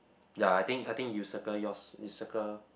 ya I think I think you circle yours you circle